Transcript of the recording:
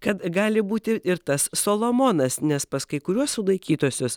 kad gali būti ir tas solomonas nes pas kai kuriuos sulaikytuosius